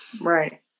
Right